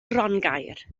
grongaer